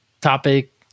topic